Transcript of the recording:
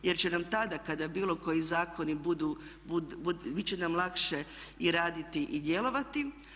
Jer će nam tada kada bilo koji zakoni budu, bit će nam lakše i raditi i djelovati.